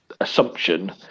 assumption